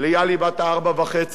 ליהלי בת הארבע-וחצי,